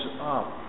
up